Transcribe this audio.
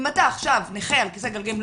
אם אתה עכשיו נכה על כיסא גלגלים,